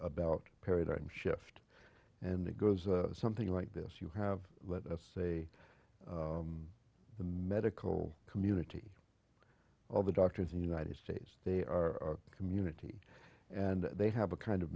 about paradigm shift and it goes something like this you have let's say the medical community all the doctors the united states they are community and they have a kind of